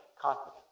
confidence